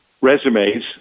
resumes